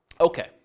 Okay